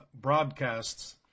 broadcasts